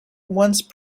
once